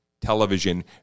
television